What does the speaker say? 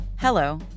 Hello